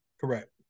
correct